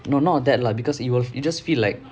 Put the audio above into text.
no not on that lah because you will you just feel like